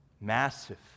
massive